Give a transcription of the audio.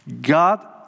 God